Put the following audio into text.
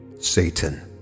Satan